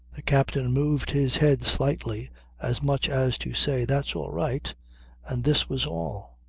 the captain moved his head slightly as much as to say, that's all right and this was all.